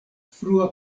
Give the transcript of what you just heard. frua